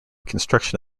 construction